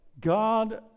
God